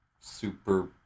super